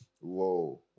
Whoa